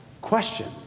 question